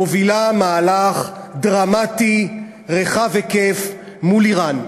מובילה מהלך דרמטי רחב היקף מול איראן.